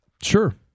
Sure